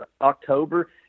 October